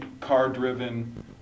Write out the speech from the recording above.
car-driven